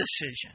decision